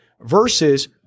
versus